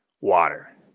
water